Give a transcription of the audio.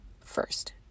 first